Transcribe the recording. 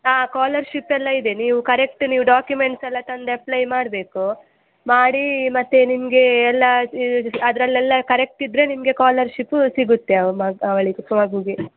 ಹಾಂ ಕಾಲರ್ಶಿಪ್ ಎಲ್ಲ ಇದೆ ನೀವು ಕರೆಕ್ಟ್ ನೀವು ಡಾಕ್ಯುಮೆಂಟ್ಸೆಲ್ಲ ತಂದು ಅಪ್ಲೈ ಮಾಡಬೇಕು ಮಾಡಿ ಮತ್ತು ನಿಮಗೆ ಎಲ್ಲ ಇದು ಅದರಲ್ಲೆಲ್ಲ ಕರೆಕ್ಟ್ ಇದ್ದರೆ ನಿಮಗೆ ಕಾಲರ್ಶಿಪ್ಪು ಸಿಗುತ್ತೆ ಅ ಮ ಅವಳಿಗೆ ಮಗುವಿಗೆ